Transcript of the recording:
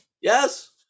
Yes